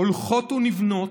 הולכות ונבנות,